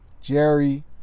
Jerry